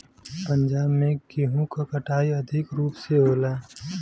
पंजाब में गेंहू क कटाई अधिक रूप में होला